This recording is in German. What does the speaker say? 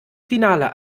finale